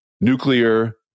nuclear